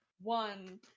One